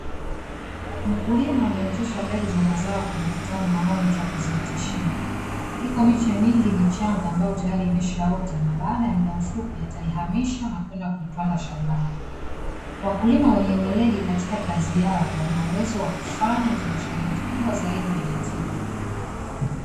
Mkulima ameotesha mbegu za mazao kwenye kitalu maalumu cha kuzioteshea. Iko miche mingi michanga, ambayo tayari imeshaota na baada ya mda mfupi ataihamisha, na kwenda kuipanda shambani. Wakulima wenye weledi katika kazi yao, wana uwezo wa kufanya uzalishaji mkubwa zaidi wenye tija.